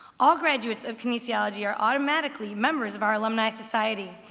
all graduates of kinesiology are automatically members of our alumni society.